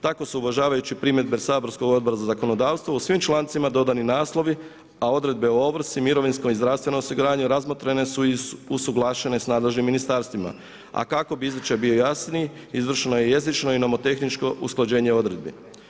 Tako se uvažavajući primjedbe saborskog Odbora za zakonodavstvo u svim člancima dodani naslovi a odredbe o ovrsi, mirovinsko i zdravstveno osiguranje razmotrene su i usuglašene s nadležnim ministarstvima a kako bi izričaj bio jasniji, izvršeno je jezično i novotehničko usklađenje odredbi.